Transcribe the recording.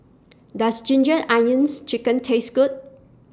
Does Ginger Onions Chicken Taste Good